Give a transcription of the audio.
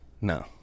No